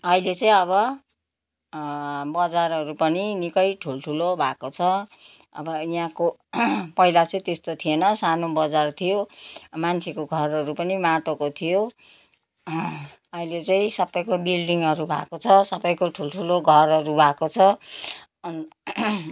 अहिले चाहिँ अब बजारहरू पनि निकै ठुलठुलो भएको छ अब यहाँको पहिला चाहिँ त्यस्तो थिएन सानो बजार थियो मान्छेको घरहरू पनि माटोको थियो अहिले चाहिँ सबैको बिल्डिङहरू भएको छ सबैको ठुल्ठुलो घरहरू भएको छ अन्त